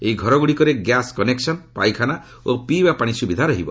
ଏହି ଘରଗୁଡ଼ିକରେ gas connection ପାଇଖାନା ଓ ପିଇବା ପାଣି ସୁବିଧା ରହିବ